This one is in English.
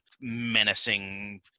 menacing